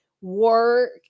work